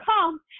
come